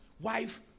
wife